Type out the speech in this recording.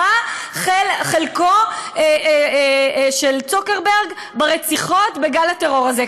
מה חלקו של צוקרברג ברציחות בגל הטרור הזה.